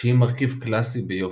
שהיא מרכיב קלסי ביופי.